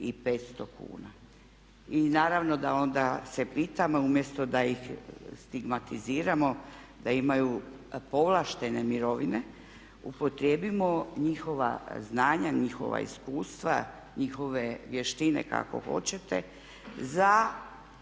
I naravno da onda se pitamo, umjesto da ih stigmatiziramo da imaju povlaštene mirovine upotrijebimo njihova znanja, njihova iskustva, njihove vještine kako hoćete za čuvanje